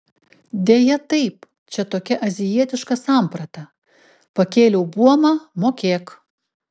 deja taip čia tokia azijietiška samprata pakėliau buomą mokėk